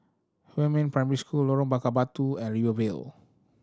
Huamin Primary School Lorong Bakar Batu and Rivervale